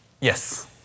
Yes